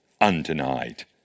undenied